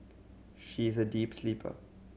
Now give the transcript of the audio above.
she is a deep sleeper